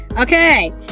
Okay